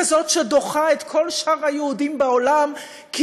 כזאת שדוחה את כל שאר היהודים בעולם כי